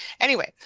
anyway.